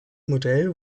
modell